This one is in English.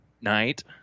night